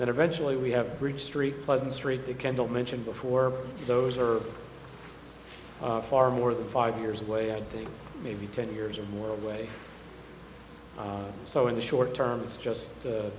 that eventually we have bridge street pleasant street to kendall mentioned before those are far more than five years away i think maybe ten years or more away so in the short term it's just